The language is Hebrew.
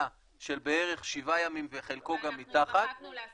של בערך שבעה ימים וחלקו גם מתחת --- והתרחקנו לעשרה.